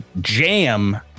jam